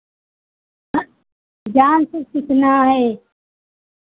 dance सीखना है